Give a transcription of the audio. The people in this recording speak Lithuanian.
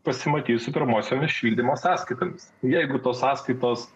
pasimatys su pirmosiomis šildymo sąskaitomis jeigu tos sąskaitos